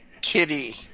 Kitty